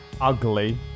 Ugly